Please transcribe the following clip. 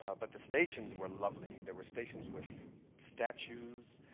ah but the stations were lovely. there were stations with statues,